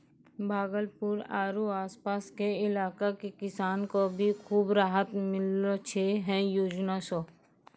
भागलपुर आरो आस पास के इलाका के किसान कॅ भी खूब राहत मिललो छै है योजना सॅ